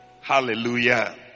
Hallelujah